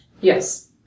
Yes